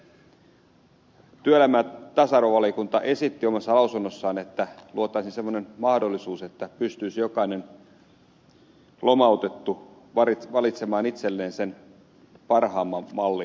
työelämä ja tasa arvovaliokunta esitti omassa lausunnossaan että luotaisiin semmoinen mahdollisuus että pystyisi jokainen lomautettu valitsemaan itselleen sen parhaimman mallin